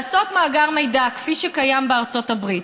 לעשות מאגר מידע כפי שקיים בארצות הברית,